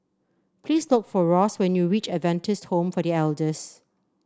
please look for Ross when you reach Adventist Home for The Elders